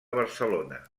barcelona